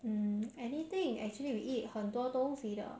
for lunch I eat crispy noodles just uh